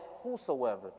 whosoever